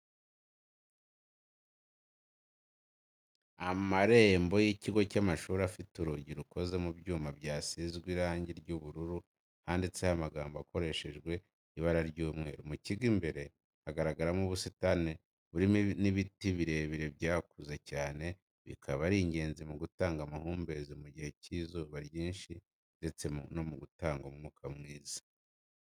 Amarembo y'ikigo cy'amashuri afite urugi rukoze mu byuma byasizwe irangi ry'ubururu handitseho amagambo akoreshejwe ibara ry'umweru, mu kigo imbere hagaragara ubusitani burimo n'ibiti birebire byakuze cyane bikaba ari ingenzi mu gutanga amahumbezi mu gihe cy'izuba ryinshi ndetse no gutanga umwuka mwiza.